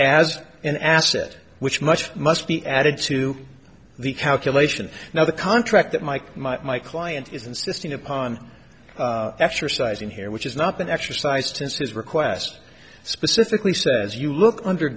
as an asset which much must be added to the calculation now the contract that mike my client is insisting upon exercising here which is not been exercised his his request specifically says you look under